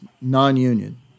non-union